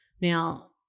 Now